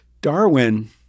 Darwin